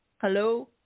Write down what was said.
Hello